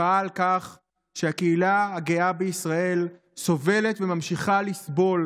מחאה על כך שהקהילה הגאה בישראל סובלת וממשיכה לסבול